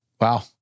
Wow